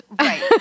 Right